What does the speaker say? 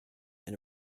and